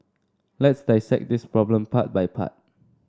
let's dissect this problem part by part